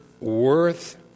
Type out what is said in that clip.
worth